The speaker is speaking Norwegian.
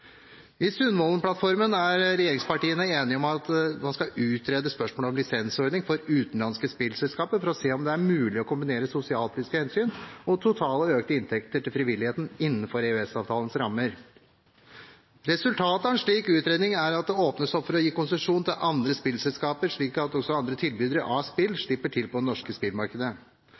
I Sundvolden-plattformen er regjeringspartiene enige om at man skal «utrede spørsmålet om lisensordning for utenlandske spillselskaper for å se om det er mulig å kombinere sosialpolitiske hensyn og økte totale inntekter til frivilligheten innenfor EØS-avtalens rammer». Resultatet av en slik utredning er at det åpnes opp for å gi konsesjon til andre spillselskaper, slik at også andre tilbydere av spill slipper til på det norske spillmarkedet.